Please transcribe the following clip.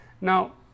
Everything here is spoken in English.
Now